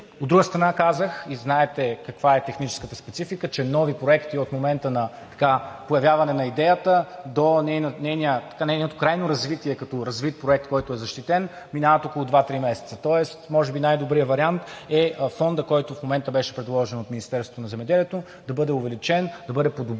От друга страна, казах и знаете каква е техническата специфика, че нови проекти от момента на появяване на идеята до нейното крайно развитие като развит проект, който е защитен – минават около два-три месеца. Тоест може би най-добрият вариант е фондът, който в момента беше предложен от Министерството на земеделието, да бъде увеличен, да бъде подобрен,